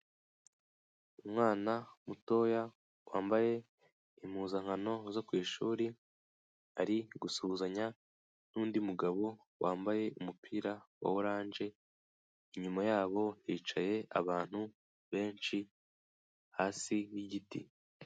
Umwana mutoya wambaye impuzankano zo ku ishuri ari gusuhuzanya n'undi mugabo wambaye umupira wa oranje; inyuma yabo hicaye abantu benshi hasi y'igiti.